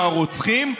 ורוצחים,